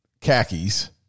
khakis